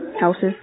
Houses